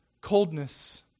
coldness